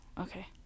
okay